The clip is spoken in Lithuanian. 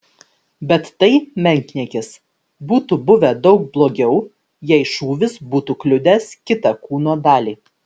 bet tai menkniekis būtų buvę daug blogiau jei šūvis būtų kliudęs kitą kūno dalį